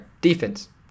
defense